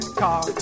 car